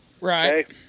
Right